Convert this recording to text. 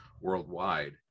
worldwide